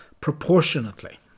proportionately